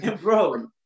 Bro